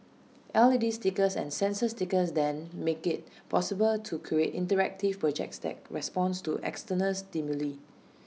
L E D stickers and sensor stickers then make IT possible to create interactive projects that respond to external stimuli